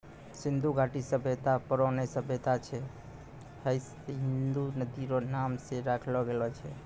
सिन्धु घाटी सभ्यता परौनो सभ्यता छै हय सिन्धु नदी रो नाम से राखलो गेलो छै